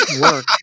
work